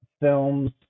films